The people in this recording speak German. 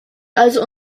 also